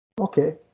okay